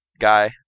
guy